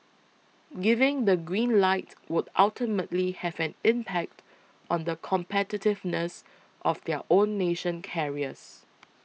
giving the green light would ultimately have an impact on the competitiveness of their own nation carriers